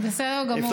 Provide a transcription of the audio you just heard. בסדר גמור.